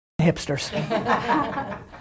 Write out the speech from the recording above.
hipsters